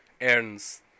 earns